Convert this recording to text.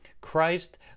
Christ